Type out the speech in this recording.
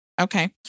Okay